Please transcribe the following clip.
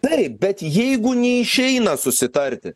taip bet jeigu neišeina susitarti